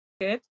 Good